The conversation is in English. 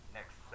next